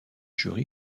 jury